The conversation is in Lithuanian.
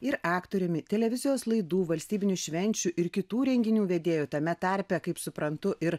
ir aktoriumi televizijos laidų valstybinių švenčių ir kitų renginių vedėju tame tarpe kaip suprantu ir